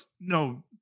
no